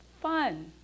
fun